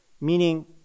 Meaning